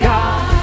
God